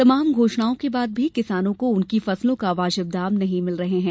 तमाम घोषणाओं के बाद भी किसानों को उनकी फसलों का वाजिब दाम नहीं मिले हैं